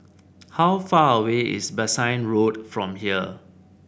how far away is Bassein Road from here